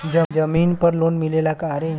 जमीन पर लोन मिलेला का?